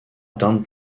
atteindre